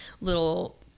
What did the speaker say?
little